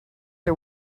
are